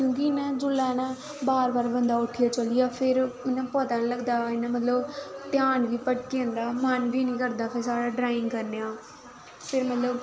क्योंकी मैं जोल्लै न बार बार बंदा उठियै चली जा फिर इ'यां पता निं लगदा इ'यां मतलब ध्यान बी भटकी जंदा मन बी निं करदा ड्रांइग करने दा फिर मतलब